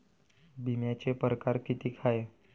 बिम्याचे परकार कितीक हाय?